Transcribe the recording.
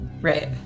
right